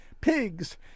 pigs